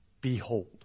Behold